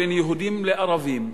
בין יהודים לערבים,